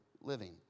living